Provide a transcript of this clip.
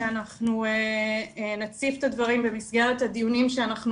שאנחנו נציף את הדברים במסגרת הדיונים שאנחנו